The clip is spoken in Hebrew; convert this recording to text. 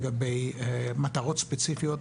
לגבי מטרות ספציפיות,